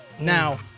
Now